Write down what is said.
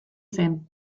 zen